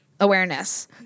awareness